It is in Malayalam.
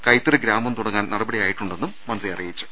കൈത്തറി ഗ്രാമം തുടങ്ങാൻ നടപടിയായിട്ടുണ്ടെന്നും മന്ത്രി അറിയിച്ചു